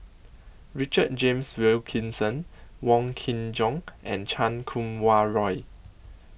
Richard James Wilkinson Wong Kin Jong and Chan Kum Wah Roy